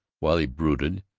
while he brooded,